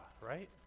right